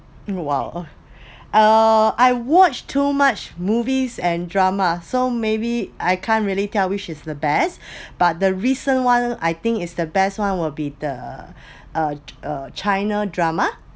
!wow! uh I watch too much movies and drama so maybe I can't really tell which is the best but the recent one I think is the best one will be the err china drama